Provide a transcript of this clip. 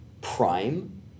prime